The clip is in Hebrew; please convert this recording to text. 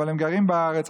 אבל הם גרים בארץ,